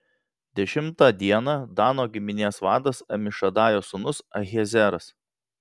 dešimtą dieną dano giminės vadas amišadajo sūnus ahiezeras